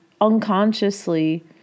unconsciously